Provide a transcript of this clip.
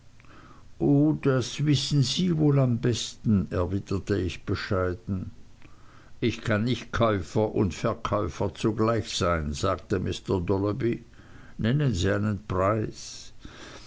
o das wissen sie wohl am besten erwiderte ich bescheiden ich kann nicht käufer und verkäufer zugleich sein sagte mr dolloby nennen sie einen preis